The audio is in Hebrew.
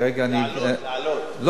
כרגע אני מתכוון, לעלות, לעלות.